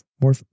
More